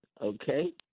okay